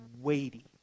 weighty